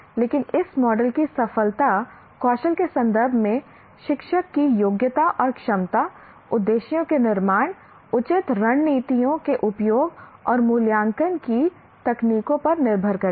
लेकिन इस मॉडल की सफलता कौशल के संदर्भ में शिक्षक की योग्यता और क्षमताउद्देश्यों के निर्माण उचित रणनीतियों के उपयोग और मूल्यांकन की तकनीकों पर निर्भर करती है